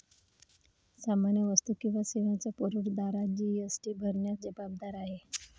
सामान्य वस्तू किंवा सेवांचा पुरवठादार जी.एस.टी भरण्यास जबाबदार आहे